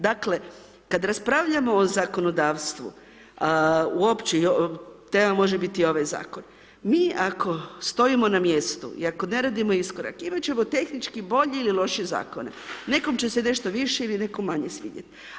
Dakle kad raspravljamo o zakonodavstvu uopće, tema može biti i ovaj zakon mi ako stojimo na mjestu i ako ne radimo iskorak imat ćemo tehnički bolje ili lošije zakone, nekom će se nešto više ili nekom manje svidjet.